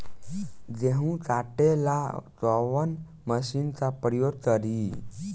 गेहूं काटे ला कवन मशीन का प्रयोग करी?